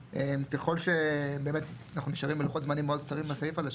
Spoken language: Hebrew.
ככל שבאמת אנחנו נשארים בלוחות זמנים מאוד קצרים בסעיף הזה,